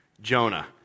Jonah